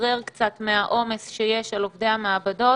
לשחרר קצת מהעומס שיש על עובדי המעבדות.